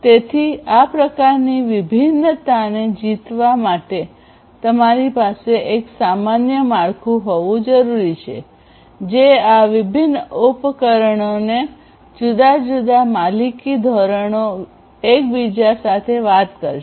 તેથી આ પ્રકારની વિભિન્નતાને જીતવા માટે તમારી પાસે એક સામાન્ય માળખું હોવું જરૂરી છે જે આ વિભિન્ન ઉપકરણોને જુદા જુદા માલિકી ધોરણો એકબીજા સાથે વાત કરશે